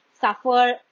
suffer